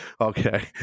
Okay